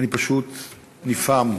אני פשוט נפעם.